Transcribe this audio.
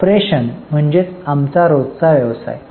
operation म्हणजे आमचा रोजचा व्यवसाय